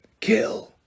Kill